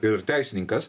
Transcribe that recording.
ir teisininkas